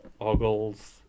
ogles